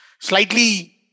slightly